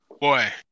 Boy